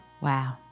wow